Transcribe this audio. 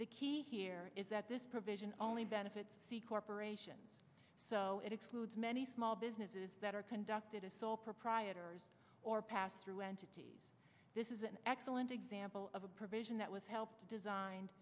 the key here is that this provision only benefits the corporation so it excludes many small businesses that are conducted a sole proprietor or pass through entity this is an excellent example of a provision that was helped